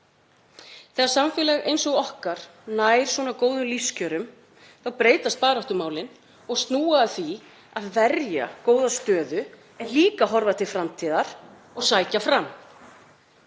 Þegar samfélag eins og okkar nær svona góðum lífskjörum þá breytast baráttumálin og snúa að því að verja góða stöðu en líka að horfa til framtíðar og sækja fram.